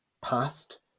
past